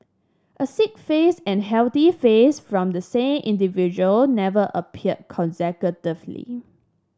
a sick face and healthy face from the same individual never appeared consecutively